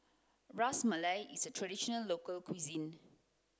Ras Malai is a traditional local cuisine